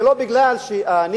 זה לא בגלל שאני